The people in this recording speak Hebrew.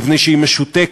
מפני שהיא משותקת,